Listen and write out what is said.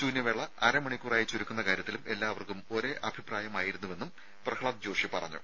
ശൂന്യവേള അരമണിക്കൂറായി ചുരുക്കുന്ന കാര്യത്തിലും എല്ലാവർക്കും ഒരേ അഭിപ്രായമായിരുന്നുവെന്നും പ്രഹ്ലാദ് ജോഷി പറഞ്ഞു